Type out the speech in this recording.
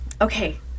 Okay